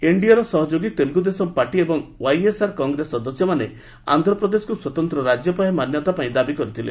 ଏନଡିଏର ସହଯୋଗୀ ତେଲୁଗୁଦେଶମ ପାର୍ଟି ଏବଂ ୱାଇଏସ୍ଆର୍ କଗ୍ରେସ ସଦସ୍ୟମାନେ ଆନ୍ଧ୍ରପ୍ରଦେଶକୁ ସ୍ୱତନ୍ତ୍ର ରାଜ୍ୟ ପାହ୍ୟା ମାନ୍ୟତା ପାଇଁ ଦାବି କରିଥିଲେ